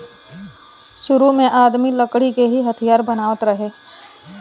सुरु में आदमी लकड़ी के ही हथियार बनावत रहे